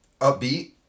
upbeat